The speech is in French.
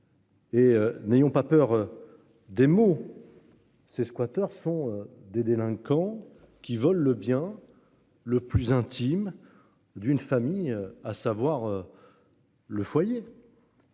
Et n'ayons pas peur. Des mots. Ces squatters font des délinquants qui veulent le bien le plus intime. D'une famille à savoir. Le foyer.